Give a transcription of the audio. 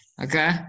Okay